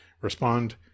respond